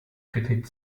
kritik